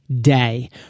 Day